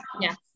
Yes